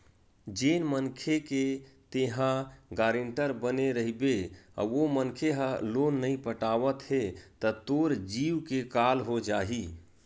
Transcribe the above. जेन मनखे के तेंहा गारेंटर बने रहिबे अउ ओ मनखे ह लोन नइ पटावत हे त तोर जींव के काल हो जाही